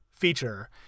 feature